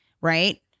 right